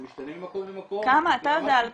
זה משתנה ממקום למקום --- אבל בסדר,